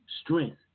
strength